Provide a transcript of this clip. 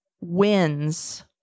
wins